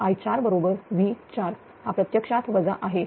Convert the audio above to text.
i4 बरोबर V4 हा प्रत्यक्षात वजा आहे